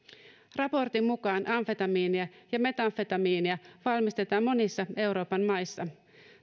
raportin mukaan amfetamiinia ja metamfetamiinia valmistetaan monissa euroopan maissa